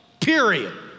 period